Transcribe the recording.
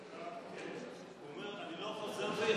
הוא אומר: אני לא חוזר בי.